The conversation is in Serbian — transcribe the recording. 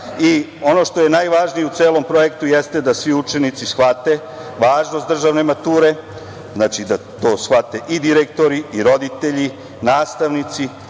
i ono što je najvažnije u celom projektu jeste da svi učenici shvate, važnost državne mature, znači da to shvate i direktori i roditelji, nastavnici,